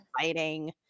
fighting